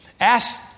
Ask